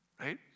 right